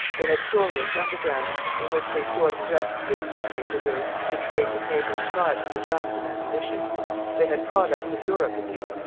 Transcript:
they had storerooms underground in which they stored the dressed skins which they preserved to trade with neighbouring tribes for guns and ammunition they had products of europe in use,